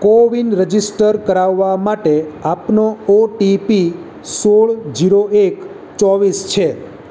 CoWIN register કરાવવા માટે આપનો ઓ ટી પી સોળ જીરો એક ચોવીસ છે